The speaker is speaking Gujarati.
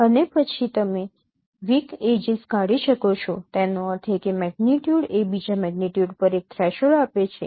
અને પછી તમે વીક એડ્જીસ કાઢી શકો છો તેનો અર્થ એ કે મેગ્નીટ્યુડ એ બીજા મેગ્નીટ્યુડ પર એક થ્રેશોલ્ડ આપે છે